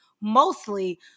mostly